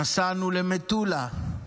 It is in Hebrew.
נסענו למטולה,